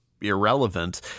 irrelevant